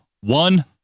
one